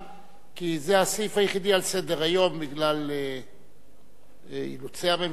כי זה הסעיף היחידי על סדר-היום בגלל אילוצי הממשלה או אי-רצונה,